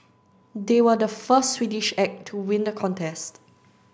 they were the first Swedish act to win the contest